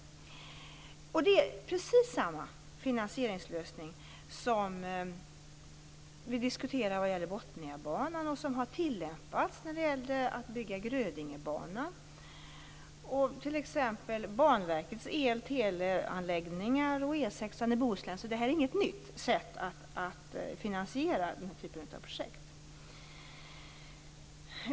Det är precis samma finansieringslösning som vi diskuterar vad gäller Botniabanan och som tillämpades när det gällde att bygga Grödingebanan och t.ex. Banverkets el och teleanläggningar, E 6:an i Bohuslän. Det här är inget nytt sätt att finansiera den här typen av projekt.